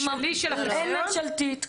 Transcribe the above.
אין ממשלתית.